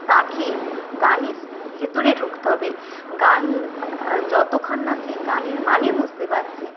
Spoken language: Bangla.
তাকে গানের ভিতরে ঢুকতে হবে গান যতখন না সে গানের মানে বুঝতে পারছে